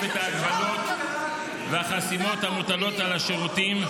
כל אדם זכאי למה שבא לו, לקבל איזה שירות שהוא